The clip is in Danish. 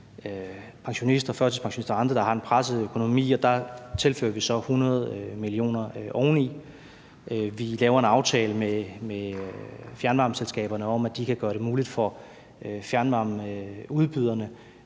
pensionister, førtidspensionister og andre, der har en presset økonomi, og der tilfører vi så 100 mio. kr. oveni. Vi laver en aftale med fjernvarmeselskaberne om, at de kan gøre det muligt for fjernvarmeudbyderne